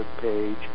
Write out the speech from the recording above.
page